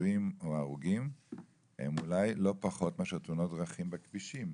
פצועים או הרוגים מאשר בתאונות דרכים בכבישים.